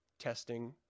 testing